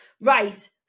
Right